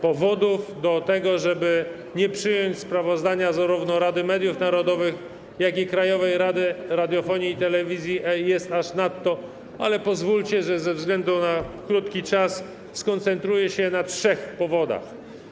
Powodów do tego, żeby nie przyjąć sprawozdań zarówno Rady Mediów Narodowych, jak i Krajowej Rady Radiofonii i Telewizji jest aż nadto, ale pozwólcie, że ze względu na krótki czas skoncentruję się na trzech powodach.